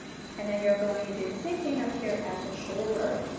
and then you're going to do the same thing up here at the shoulder.